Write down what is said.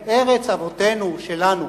ארץ-ישראל, ארץ אבותינו שלנו.